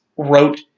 wrote